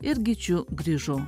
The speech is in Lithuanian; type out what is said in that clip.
ir gyčiu grižu